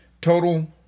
Total